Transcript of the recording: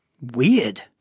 weird